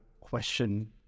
question